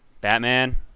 Batman